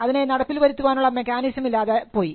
അതിനെ നടപ്പിൽ വരുത്തുവാനുള്ള മെക്കാനിസം m ഇല്ലാതെപോയി